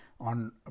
on